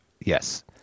Yes